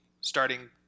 starting